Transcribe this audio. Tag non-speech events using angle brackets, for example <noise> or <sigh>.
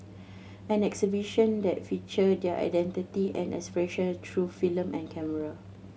<noise> an exhibition that feature their identity and aspiration through film and camera